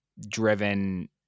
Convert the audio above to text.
driven